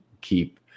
keep